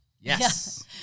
Yes